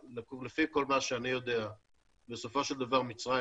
לפי כל מה שאני יודע בסופו של דבר מצרים